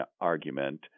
argument